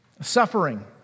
suffering